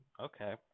Okay